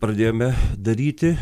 pradėjome daryti